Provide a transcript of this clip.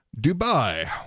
Dubai